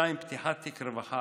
2. פתיחת תיק רווחה,